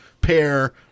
pair